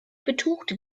betuchte